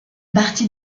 partie